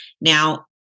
Now